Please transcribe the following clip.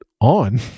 on